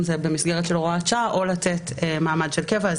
זה במסגרת של הוראת שעה או לתת מעמד של קבע.